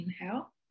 inhale